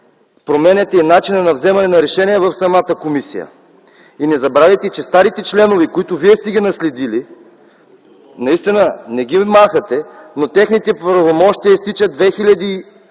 променяте и начина на вземане на решения в самата комисия. Не забравяйте, че старите членове, които вие сте наследили, наистина не ги махате, но техните правомощия изтичат 2010